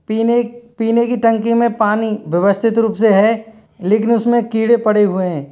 पीने पीने की टंकी में पानी व्यवस्थित रूप से है लेकिन उसमें कीड़े पड़े हुए हैं